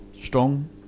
strong